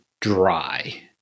dry